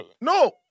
No